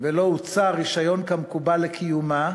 ולא הוצא רישיון כמקובל לקיומה,